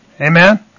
Amen